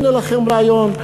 הנה לכם רעיון,